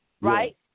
right